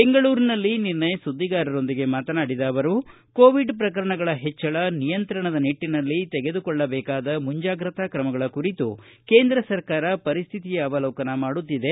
ಬೆಂಗಳೂರಿನಲ್ಲಿ ನಿನ್ನೆ ಸುದ್ದಿಗಾರೊಂದಿಗೆ ಮಾತನಾಡಿದ ಅವರು ಕೊವಿಡ್ ಪ್ರಕರಣಗಳ ಹೆಚ್ಚಳ ನಿಯಂತ್ರಣದ ನಿಟ್ಟನಲ್ಲಿ ತೆಗೆದುಕೊಳ್ಳಬೇಕಾದ ಮುಂಚಾಗ್ರತಾ ಕ್ರಮಗಳ ಕುರಿತು ಕೇಂದ್ರ ಸರ್ಕಾರ ಪರಿಸ್ಕಿತಿಯ ಅವಲೋಕನ ಮಾಡುತ್ತಿದೆ